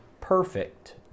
perfect